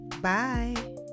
Bye